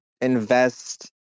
invest